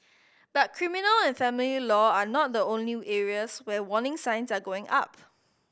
but criminal and family law are not the only areas where warning signs are going up